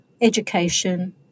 education